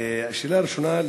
השאלה הראשונה,